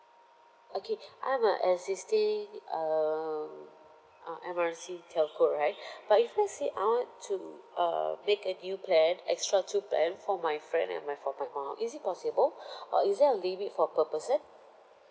okay I'm a existing um uh M R C telco right but if let's say I want to uh make a new plan extra two plan for my friend and my for my mum is it possible or is there a limit for per person